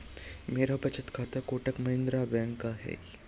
मेरा बचत खाता कोटक महिंद्रा बैंक का है